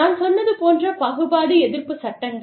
நான் சொன்னது போன்ற பாகுபாடு எதிர்ப்பு சட்டங்கள்